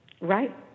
right